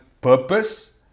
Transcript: purpose